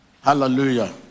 Hallelujah